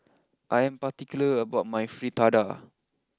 I am particular about my Fritada